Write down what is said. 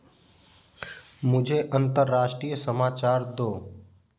मुझे अंतर्राष्ट्रीय समाचार दो